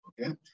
Okay